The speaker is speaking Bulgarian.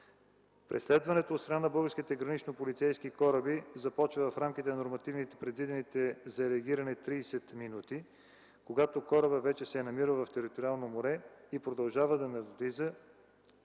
Преследването от страна на българските гранично полицейски кораби започва в рамките на нормативно предвидените за реагиране 30 минути, когато корабът вече се е намирал в териториално море, и продължава до навлизането